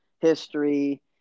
history